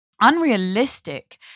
unrealistic